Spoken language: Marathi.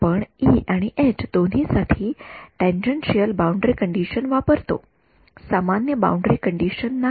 आपण ई आणि एच दोन्ही साठी टॅनजेन्शियल बाउंडरी कंडिशन वापरतो सामान्य बाउंडरी कंडिशन नाही